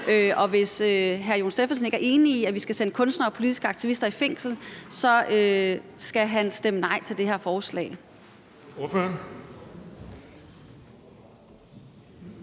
Og hvis hr. Jon Stephensen ikke er enig i, at vi skal sende kunstnere og politiske aktivister i fængsel, så skal han stemme nej til det her forslag.